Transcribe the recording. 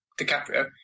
DiCaprio